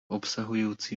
obsahujúci